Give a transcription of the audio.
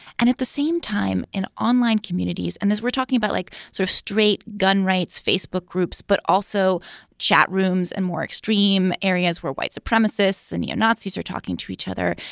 and at the same time in online communities and this we're talking about like sort of straight gun rights, facebook groups, but also chatrooms and more extreme areas where white supremacists and neo-nazis are talking to each other.